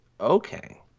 Okay